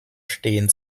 stehen